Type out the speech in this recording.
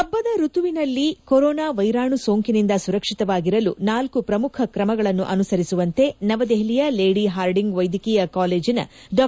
ಹಬ್ಬದ ಋತುವಿನಲ್ಲ ಕೊರೊನಾ ವೈರಾಣು ಸೋಂಕಿನಿಂದ ಸುರಕ್ಷಿತವಾಗಿರಲು ನಾಲ್ಲು ಪ್ರಮುಖ ಕ್ರಮಗಳನ್ನು ಅನುಸರಿಸುವಂತೆ ನವದೆಹಲಿಯ ಲೇಡಿ ಹಾರ್ಡಿಂಗ್ ವೈದ್ಯಕೀಯ ಕಾಲೇಜಿನ ಡಾ